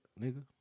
nigga